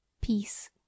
Peace